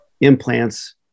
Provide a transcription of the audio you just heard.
implants